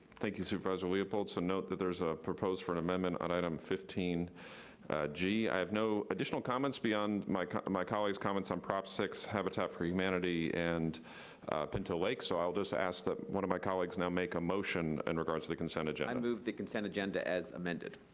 thank you, supervisor leopold. so note that there's a propose for an amendment on item fifteen g. i have no additional comments beyond my kind of my colleagues comments on prop six habitat for humanity and pinto lake, so i'll just ask that one of my colleagues now make a motion in regards to the consent agenda. i move the consent agenda as amended.